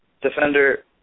Defender